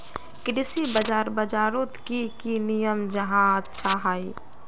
कृषि बाजार बजारोत की की नियम जाहा अच्छा हाई?